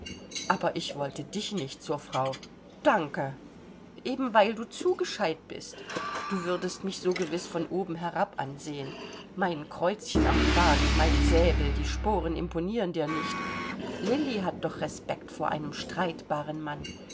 aber ich wollte dich nicht zur frau danke eben weil du zu gescheit bist du würdest mich so gewiß von oben herab ansehen mein kreuzchen am kragen mein säbel die sporen imponieren dir nicht lilli hat doch respekt vor einem streitbaren mann